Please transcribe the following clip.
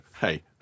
hey